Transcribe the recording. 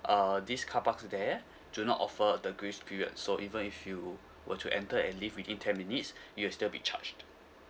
uh these car parks there do not offer the grace period so even if you were to enter and leave within ten minutes you'll still be charged